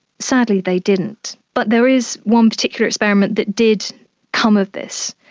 sadly they didn't. but there is one particular experiment that did come of this.